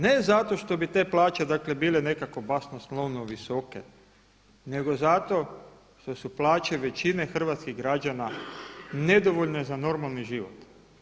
Ne zato što bi te plaće dakle bile nekako basnoslovno visoke nego zato što su plaće većine hrvatskih građana nedovoljne za normalni život.